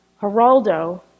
Geraldo